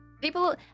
people